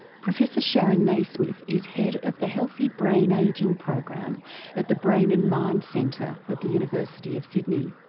professor sharon naismith is head of the healthy brain ageing program at the brain and mind centre at the university of sydney.